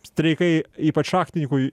streikai ypač šachtininkui